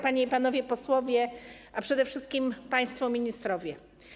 Panie i Panowie Posłowie, a przede wszystkim Państwo Ministrowie!